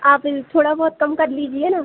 आप थोड़ा बहुत कम कर लीजिए ना